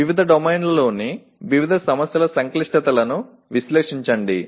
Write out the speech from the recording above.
వివిధ డొమైన్లలోని వివిధ సమస్యల సంక్లిష్టతలను విశ్లేషించండి